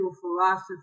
philosophy